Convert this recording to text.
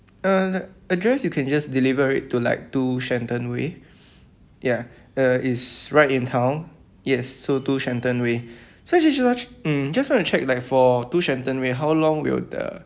uh address you can just deliver it to like two shenton way ya uh is right in town yes so two shenton way mm just want to check like for two shenton way how long will the